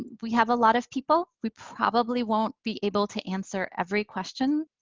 we have a lot of people. we probably won't be able to answer every question.